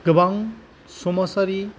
गोबां समाजारि